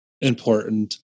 important